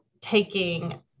taking